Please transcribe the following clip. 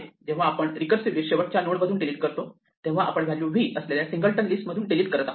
जेव्हा आपण रिकर्सिवली शेवटच्या नोडमधून डिलीट करतो तेव्हा आपण व्हॅल्यू v असलेल्या सिंगलटन लिस्ट मधून डिलीट करत आहोत